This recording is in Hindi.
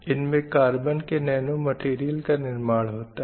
इनमें कार्बन के नैनो मटीरीयल का निर्माण होता है